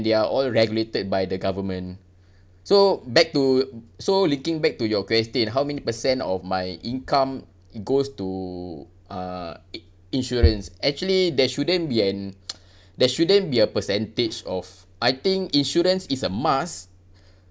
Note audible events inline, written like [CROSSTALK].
they're all regulated by the government so back to so looking back to your question how many percent of my income goes to uh i~ insurance actually there shouldn't be an [NOISE] there shouldn't be a percentage of I think insurance is a must